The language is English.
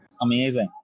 Amazing